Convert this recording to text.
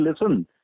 listen